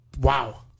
Wow